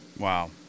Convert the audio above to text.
Wow